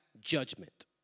judgment